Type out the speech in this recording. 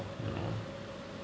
you know